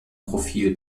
profil